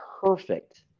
perfect